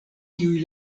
kiuj